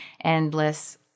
endless